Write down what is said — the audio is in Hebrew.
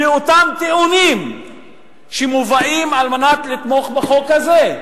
תוך שימוש באותם טיעונים שמובאים על מנת לתמוך בחוק שלפנינו.